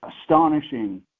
astonishing